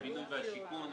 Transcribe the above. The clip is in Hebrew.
הבינוי והשיכון.